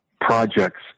projects